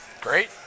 Great